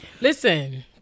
Listen